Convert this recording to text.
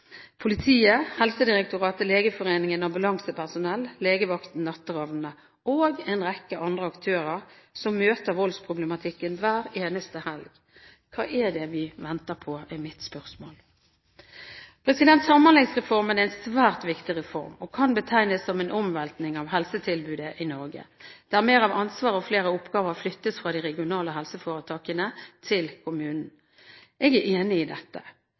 politiet, Helsedirektoratet, Legeforeningen, ambulansepersonell, legevakten, Natteravnene og en rekke andre aktører som møter voldsproblematikken hver eneste helg. Mitt spørsmål er: Hva er det vi venter på? Samhandlingsreformen er en svært viktig reform, og kan betegnes som en omveltning av helsetilbudet i Norge, der mer av ansvaret og flere oppgaver flyttes fra de regionale helseforetakene til kommunen. Jeg er enig i dette.